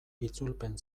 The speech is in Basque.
itzulpen